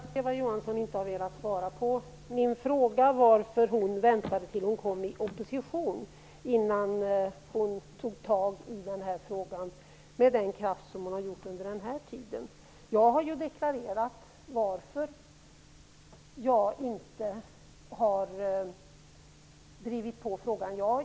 Herr talman! Jag noterar att Eva Johansson inte har velat svara på min fråga om varför hon väntade tills hon kom i opposition innan hon tog tag i den här frågan med den kraft som hon har gjort under den här tiden. Jag har ju deklarerat varför jag inte har drivit på frågan.